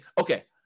okay